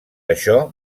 això